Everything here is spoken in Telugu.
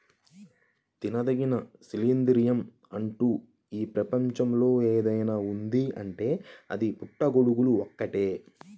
తినదగిన శిలీంద్రం అంటూ ఈ ప్రపంచంలో ఏదైనా ఉన్నదీ అంటే అది పుట్టగొడుగులు ఒక్కటే